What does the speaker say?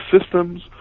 systems